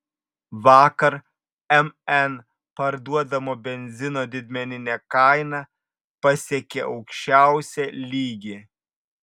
vakar mn parduodamo benzino didmeninė kaina pasiekė aukščiausią lygį